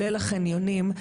ליל החניונים,